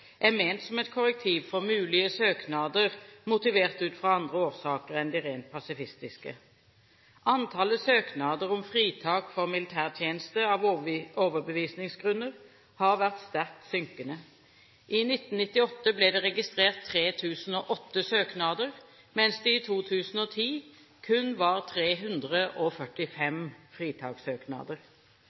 er ment som et korrektiv for mulige søknader motivert ut fra andre årsaker enn de rent pasifistiske. Antallet søknader om fritak for militærtjeneste av overbevisningsgrunner har vært sterkt synkende. I 1998 ble det registrert 3 008 søknader, mens det i 2010 kun var 345 fritakssøknader.